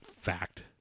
fact